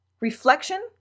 reflection